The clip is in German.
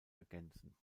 ergänzen